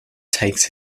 takes